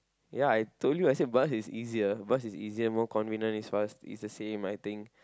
ya I told you I said bus is easier bus is easier more convenient is fast is the same I think